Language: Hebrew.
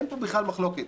אין פה בכלל מחלוקת.